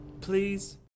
please